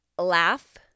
laugh